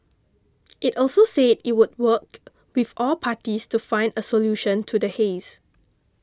it also said it would work with all parties to find a solution to the haze